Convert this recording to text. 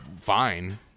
fine